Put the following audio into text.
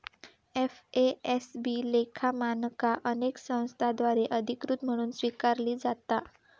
FASB लेखा मानका अनेक संस्थांद्वारा अधिकृत म्हणून स्वीकारली जाता